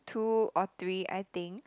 two or three I think